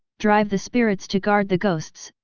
drive the spirits to guard the ghosts,